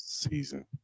Season